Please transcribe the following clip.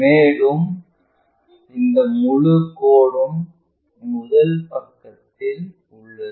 மேலும் இந்த முழு கோடும் முதல் பகுதியில் உள்ளது